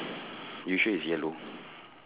you sure is yellow